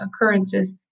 occurrences